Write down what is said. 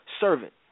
servant